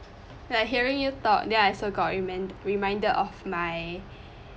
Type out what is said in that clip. when I hearing you talk then I also got reminded of my